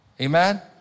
Amen